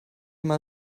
mal